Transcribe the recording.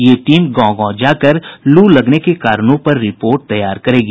ये टीम गांव गांव जाकर लू लगने के कारणों पर रिपोर्ट तैयार करेगी